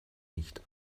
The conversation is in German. nicht